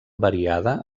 variada